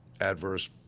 adverse